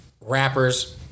rappers